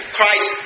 Christ